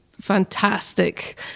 fantastic